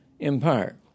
Empire